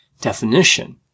definition